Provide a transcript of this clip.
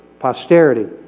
Posterity